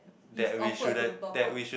is awkward to not talk